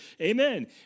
Amen